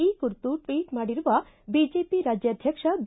ಈ ಕುರಿತು ಟ್ಟಟ್ ಮಾಡಿರುವ ಬಿಜೆಪಿ ರಾಜ್ಯಾಧ್ವಕ್ಷ ಬಿ